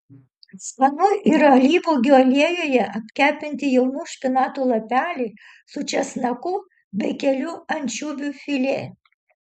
skanu ir alyvuogių aliejuje apkepti jaunų špinatų lapeliai su česnaku bei kelių ančiuvių filė